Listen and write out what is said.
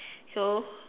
so